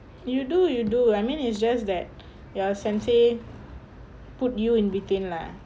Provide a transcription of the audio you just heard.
you do you do I mean it's just that ya sensei put you in between lah